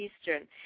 Eastern